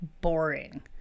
boring